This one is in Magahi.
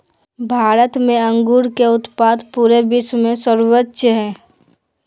भारत में अंगूर के उत्पाद पूरे विश्व में सर्वोच्च हइ